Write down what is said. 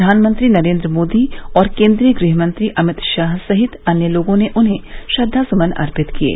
प्रधानमंत्री नरेन्द्र मोदी और केन्द्रीय गृहमंत्री अमित शाह सहित अन्य लोगों ने उन्हें श्रद्वासुमन अर्पित किये